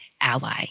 ally